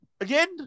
again